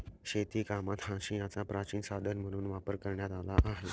शेतीकामात हांशियाचा प्राचीन साधन म्हणून वापर करण्यात आला आहे